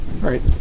Right